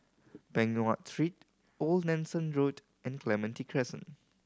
Peng Nguan Street Old Nelson Road and Clementi Crescent